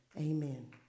Amen